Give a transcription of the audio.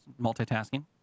Multitasking